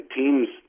teams